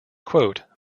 quote